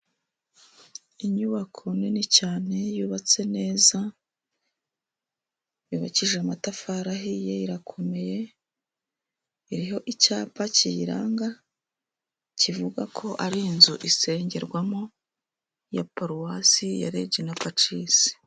Inyubako nini cyane, yubatse neza, yubakishije amatafari ahiye, irakomeye, iriho icyapa kiyiranga, kivuga ko ari inzu isengerwamo, ya paruwasi ya Regina Pacis.